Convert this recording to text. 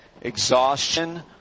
exhaustion